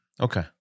Okay